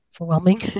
overwhelming